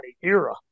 era